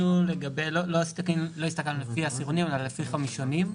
לא הסתכלנו לפי עשירונים אלא לפי חמישונים.